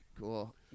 cool